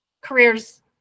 careers